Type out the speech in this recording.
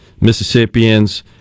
Mississippians